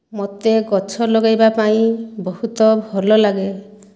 ମୋତେ ଗଛ ଲଗାଇବା ପାଇଁ ବହୁତ ଭଲ ଲାଗେ